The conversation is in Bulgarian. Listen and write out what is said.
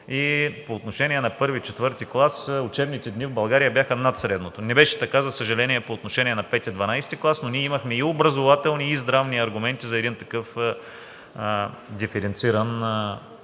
по отношение на I – IV клас учебните дни в България бяха над средното. Не беше така, за съжаление, по отношение на V– XII, но ние имахме и образователни, и здравни аргументи за един такъв диференциран подход.